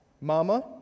Mama